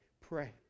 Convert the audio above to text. Pray